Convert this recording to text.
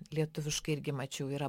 lietuviškai irgi mačiau yra